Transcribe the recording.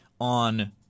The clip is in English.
on